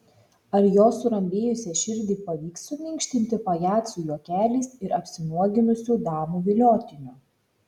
ar jo surambėjusią širdį pavyks suminkštinti pajacų juokeliais ir apsinuoginusių damų viliotiniu